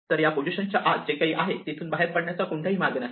तर या पोझिशन्सच्या आत जे काही आहे तिथून बाहेर जाण्याचा कोणताही मार्ग नाही